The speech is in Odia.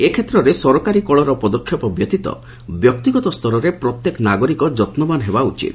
ଏ କ୍ଷେତ୍ରରେ ସରକାରୀ କଳର ପଦକ୍ଷେପ ବ୍ୟତୀତ ବ୍ୟକ୍ତିଗତ ସ୍ତରରେ ପ୍ରତ୍ୟେକ ନାଗରିକ ଯତ୍ରବାନ ହେବା ଉଚିତ